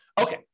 Okay